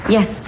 Yes